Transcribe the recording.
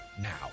now